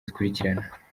zikurikirana